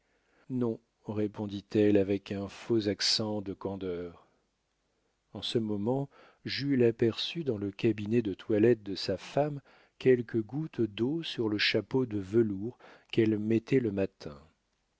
non répondit-elle avec un faux accent de candeur en ce moment jules aperçut dans le cabinet de toilette de sa femme quelques gouttes d'eau sur le chapeau de velours qu'elle mettait le matin